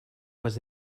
was